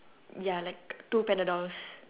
ya like two panadols